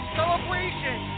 celebration